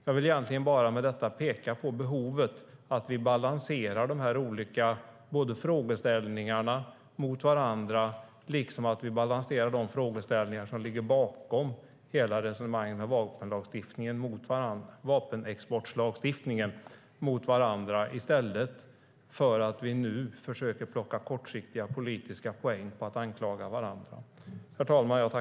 Jag vill med detta egentligen bara peka på behovet av att vi balanserar dessa olika frågeställningar mot varandra och att vi balanserar de frågeställningar som ligger bakom hela resonemanget om vapenexportlagstiftningen mot varandra i stället för att vi nu försöker plocka kortsiktiga politiska poäng genom att anklaga varandra.